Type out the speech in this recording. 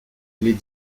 les